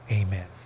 Amen